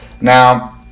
Now